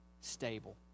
stable